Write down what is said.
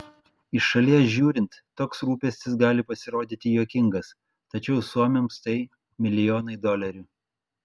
iš šalies žiūrint toks rūpestis gali pasirodyti juokingas tačiau suomiams tai milijonai dolerių